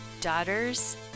Daughters